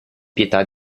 pietà